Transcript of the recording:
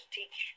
teach